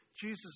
Jesus